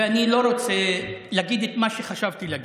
ואני לא רוצה להגיד את מה שחשבתי להגיד,